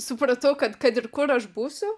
supratau kad kad ir kur aš būsiu